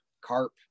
carp